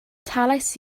talais